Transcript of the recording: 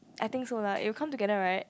I think so lah it will come together right